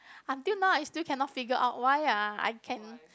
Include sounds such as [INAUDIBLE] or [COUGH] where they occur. [BREATH] until now I still cannot figure out why ah I can